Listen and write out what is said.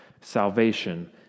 salvation